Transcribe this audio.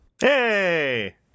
hey